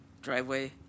driveway